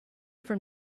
from